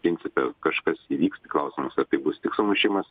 principe kažkas įvyks tik klausimas ar tai bus tik sumušimas